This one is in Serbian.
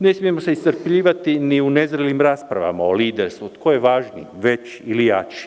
Ne smemo se iscrpljivati ni u nezrelim raspravama o liderstvu, tko je važniji ili jači.